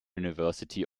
university